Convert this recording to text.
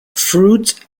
fruit